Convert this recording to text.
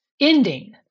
ending